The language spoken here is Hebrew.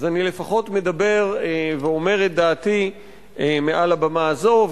אז אני לפחות מדבר ואומר את דעתי מעל הבמה הזאת,